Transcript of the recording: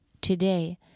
Today